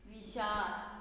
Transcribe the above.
विशा